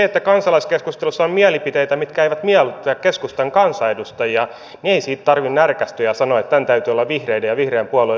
jos kansalaiskeskustelussa on mielipiteitä mitkä eivät miellytä keskustan kansanedustajia niin ei siitä tarvitse närkästyä ja sanoa että tämän täytyy olla vihreiden ja vihreän puolueen vika